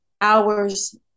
hours